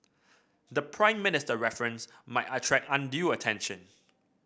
the Prime Minister reference might attract undue attention